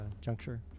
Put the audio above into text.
juncture